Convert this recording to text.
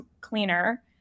cleaner